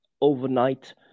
Overnight